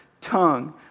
tongue